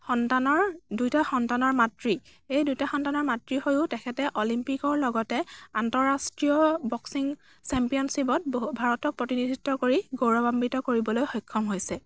সন্তানৰ দুয়োটা সন্তানৰ মাতৃ এই দুটা সন্তানৰ মাতৃ হৈও তেখেতে অলিম্পিকৰ লগতে আন্তঃৰাষ্ট্ৰীয় বক্সিং চেম্পিয়নশ্বিপত বহু ভাৰতক প্ৰতিনিধিত্ব কৰি গৌৰৱাম্বিত কৰিবলৈ সক্ষম হৈছে